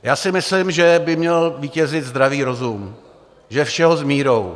Já si myslím, že by měl vítězit zdravý rozum, že všeho s mírou.